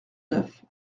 neuf